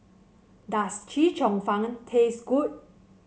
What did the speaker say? does Chee Cheong Fun taste good